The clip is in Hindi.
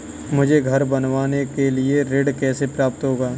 मुझे घर बनवाने के लिए ऋण कैसे प्राप्त होगा?